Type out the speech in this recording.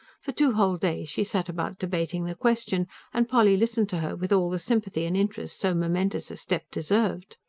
for two whole days she sat about debating the question and polly listened to her with all the sympathy and interest so momentous a step deserved.